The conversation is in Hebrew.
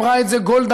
אמרה את זה גולדה,